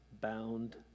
bound